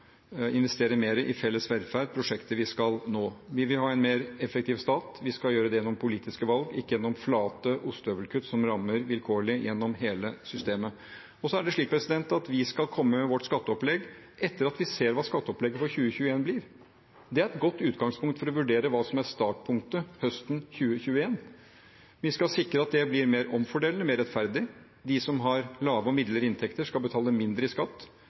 investere mer i felles velferd – prosjekter vi skal nå. Vi vil ha en mer effektiv stat, og vi skal gjøre det gjennom politiske valg, ikke gjennom flate ostehøvelkutt som rammer vilkårlig, gjennom hele systemet. Så er det slik at vi skal komme med vårt skatteopplegg etter at vi ser hva skatteopplegget for 2021 blir. Det er et godt utgangspunkt for å vurdere hva som er startpunktet høsten 2021. Vi skal sikre at det blir mer omfordelende, mer rettferdig. De som har lave og midlere inntekter, skal betale mindre i skatt.